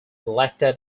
elected